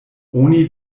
oni